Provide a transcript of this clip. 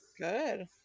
Good